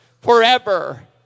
forever